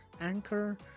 Anchor